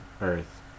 Earth